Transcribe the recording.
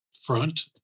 front